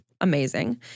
amazing